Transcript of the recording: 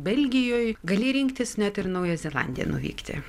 belgijoj gali rinktis net ir į naująją zelandiją nuvykti